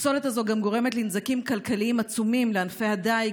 הפסולת הזאת גם גורמת נזקים כלכליים עצומים לענפי הדיג,